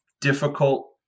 difficult